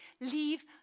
leave